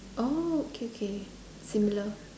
oh okay K similar